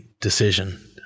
decision